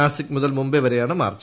നാസിക് മുതൽ മുംബൈ വരെയാണ് മാർച്ച്